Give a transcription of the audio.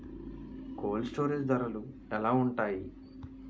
Cold storage ధరలు ఎలా ఉంటాయి?